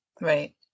Right